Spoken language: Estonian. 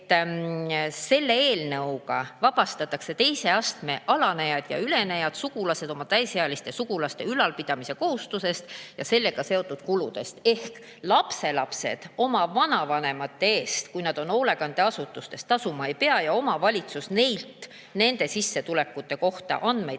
selle eelnõuga vabastatakse teise astme alanejad ja ülenejad sugulased oma täisealiste sugulaste ülalpidamise kohustusest ja sellega seotud kuludest. Ehk lapselapsed oma vanavanemate eest, kui need on hoolekandeasutustes, tasuma ei pea ja omavalitsus neilt nende sissetulekute kohta andmeid